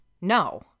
no